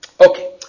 Okay